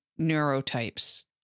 neurotypes